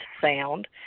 sound